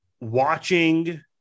watching